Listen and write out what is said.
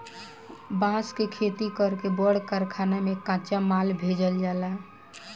बांस के खेती कर के बड़ कारखाना में कच्चा माल भेजल जाला